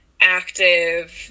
active